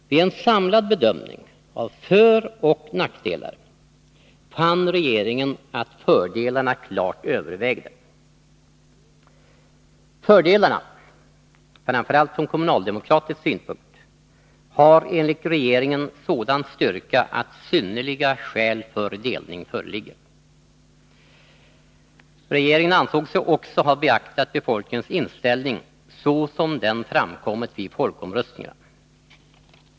Vid en samlad bedömning av föroch nackdelar fann regeringen att fördelarna klart övervägde. Fördelarna, framför allt från kommunaldemokratisk synpunkt, har enligt regeringen sådan styrka att synnerliga skäl för delning föreligger. Regeringen ansåg sig också ha beaktat befolkningens inställning såsom den framkommit vid folkomröstningarna.